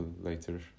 later